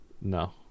No